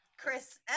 Chris